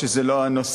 אף שזה לא הנושא,